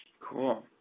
Cool